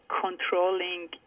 controlling